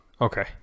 Okay